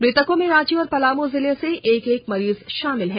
मृतकों में रांची और पलामू जिले से एक एक मरीज शामिल है